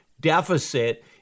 deficit